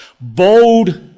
Bold